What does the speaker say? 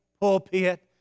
pulpit